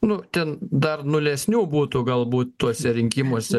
nu ten dar nulesnių būtų galbūt tuose rinkimuose